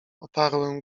oparłem